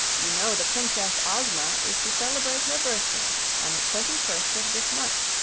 you know the princess ozma is to celebrate her birthday on the twenty-first of this month.